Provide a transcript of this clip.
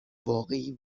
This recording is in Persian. واقعی